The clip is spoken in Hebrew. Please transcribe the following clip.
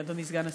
אדוני סגן השר,